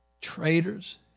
traitors